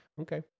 Okay